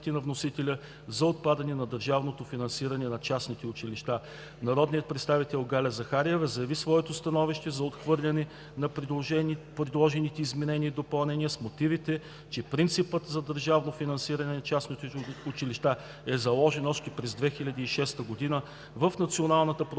на вносителя за отпадане на държавното финансиране на частните училища. Народният представител Галя Захариева заяви своето становище за отхвърляне на предложените изменения и допълнения с мотивите, че принципът за държавно финансиране на частните училища е заложен още през 2006г. в Националната програма